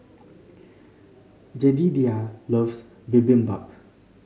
Jedidiah loves Bibimbap